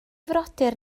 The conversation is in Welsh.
frodyr